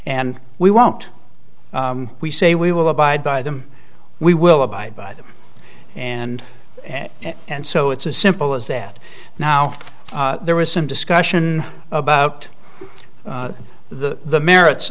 and we won't we say we will abide by them we will abide by them and and so it's as simple as that now there was some discussion about the merits